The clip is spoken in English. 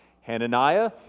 Hananiah